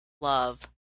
love